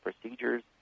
procedures